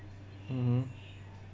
mmhmm